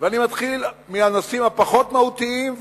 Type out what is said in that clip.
ואני מתחיל מהנושאים הפחות מהותיים,